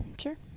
sure